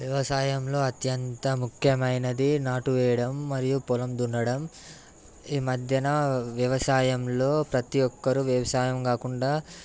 వ్యవసాయంలో అత్యంత ముఖ్యమైనది నాటువేయడం మరియు పొలందున్నడం ఈ మధ్యన వ్యవసాయంలో ప్రతి ఒక్కరు వ్యవసాయం కాకుండా